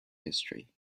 history